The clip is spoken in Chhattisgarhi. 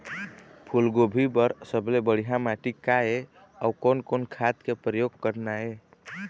फूलगोभी बर सबले बढ़िया माटी का ये? अउ कोन कोन खाद के प्रयोग करना ये?